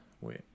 wait